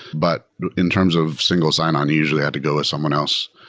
but in terms of single sign-on, you usually had to go with someone else.